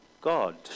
God